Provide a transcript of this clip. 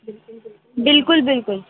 बिल्कुलु बिल्कुलु बिल्कुलु बिल्कुलु